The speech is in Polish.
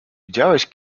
widziałeś